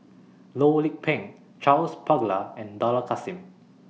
Loh Lik Peng Charles Paglar and Dollah Kassim